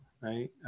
right